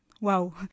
Wow